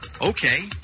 Okay